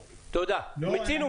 לא, אדוני -- מיצינו,